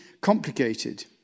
complicated